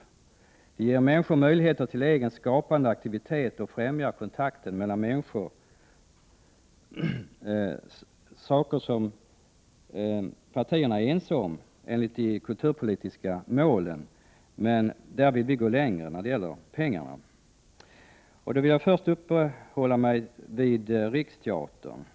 Satsningarna ger människor möjligheter till egen skapande aktivitet och främjar kontakter mellan människor — saker som partierna är ense om vad gäller de kulturpolitiska målen, men vi vill gå ännu längre när det gäller pengarna. Först vill jag uppehålla mig vid Riksteatern.